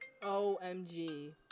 Omg